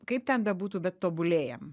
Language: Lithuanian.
kaip ten bebūtų bet tobulėjam